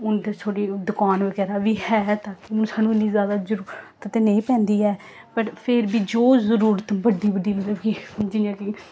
हून ते थोह्ड़ी दकान बगैरा बी है ताकि हून सानूं इन्नी जैदा जरूरत ते नेईं पैंदी ऐ पर फिर बी जो जरूरत बड्डी बड्डी मतलब कि जि'यां कि